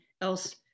else